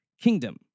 kingdom